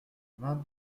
vingt